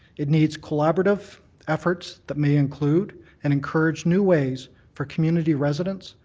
it needs collaborative efforts that may include and encourage new ways for community residents,